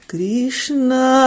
Krishna